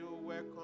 welcome